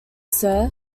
sir